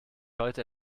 heute